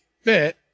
fit